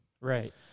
Right